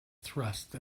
thrust